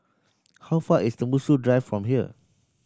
how far is Tembusu Drive from here